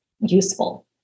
useful